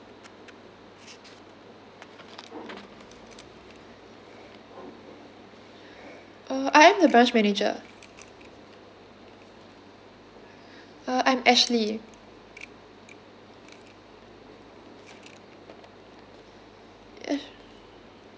uh I am the branch manager uh I'm ashley